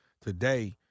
today